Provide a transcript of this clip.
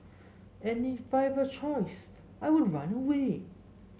and if I a choice I would run away